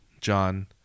John